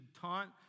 taunt